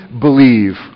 believe